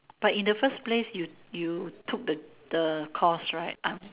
but in the first place you you you took the course right